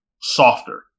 softer